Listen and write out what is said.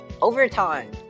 Overtime